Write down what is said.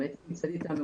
נמצאת איתנו